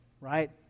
right